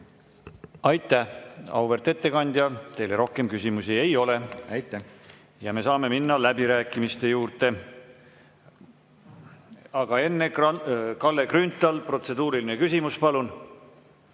Aitäh, auväärt ettekandja! Teile rohkem küsimusi ei ole. Me saame minna läbirääkimiste juurde. Aga enne, Kalle Grünthal, protseduuriline küsimus, palun!